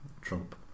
Trump